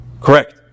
Correct